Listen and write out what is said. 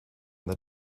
the